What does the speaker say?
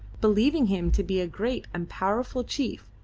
believing him to be a great and powerful chief,